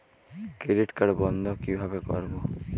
Credit card বন্ধ কিভাবে করবো?